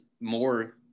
more